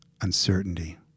uncertainty